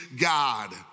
God